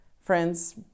Friends